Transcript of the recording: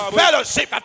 fellowship